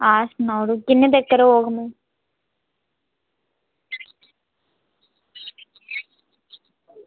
आं सनाई ओड़ेओ किन्ने बजे तगर औङ में